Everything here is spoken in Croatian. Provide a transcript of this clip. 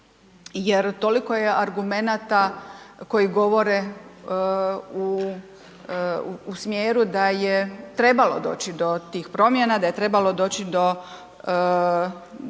jer toliko je argumenata koji govore u smjeru da je trebalo doći do tih promjena, da je trebalo doći do